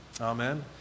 Amen